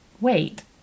wait